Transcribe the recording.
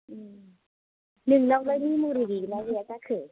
नोंनावलाय मेम'रि गैगोन्ना गैया जाखो